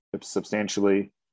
substantially